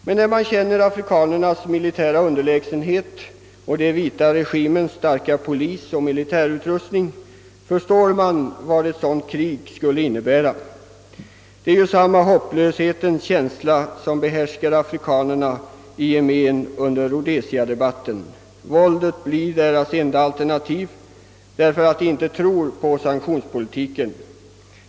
Men när man känner till afrikanernas militära underlägsenhet och de vita regimernas starka polisoch militärutrustning, förstår man vad ett krig mellan de svarta och vita skulle innebära och att det var en hopplöshetens känsla som behärskade afrikaner na i gemen under Rhodesia-debatten. Men våldet blir deras enda alternativ, eftersom de inte tror på sanktionspolitiken.